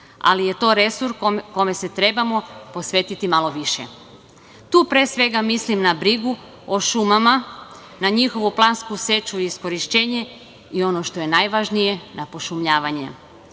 ali je to resurs kome se trebamo posvetiti malo više. Tu, pre svega, mislim na brigu o šumama, na njihovu plansku seču i iskorišćenje i, ono što je najvažnije, na pošumljavanje. Ja